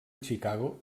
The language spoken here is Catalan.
chicago